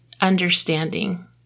understanding